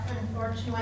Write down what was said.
Unfortunately